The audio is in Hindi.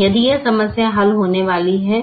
यदि यह समस्या हल होने वाली है